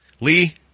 Lee